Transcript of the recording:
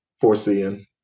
foreseeing